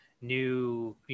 new